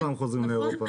עוד פעם חוזרים לאירופה.